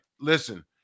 listen